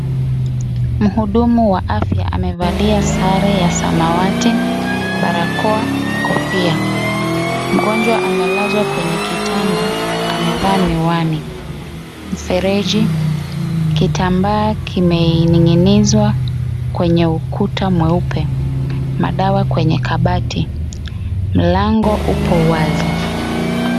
Mhudumuwa afya amevalia sare ya samawati, barakoa, kofia. Mgonjwa amelazwa kwenye kitanda. Amevaa miwani. Mfereji, kitambaa kimening'inizwa kwenye ukuta mweupe. Madawa kwenye kabati. Mlango upo wazi.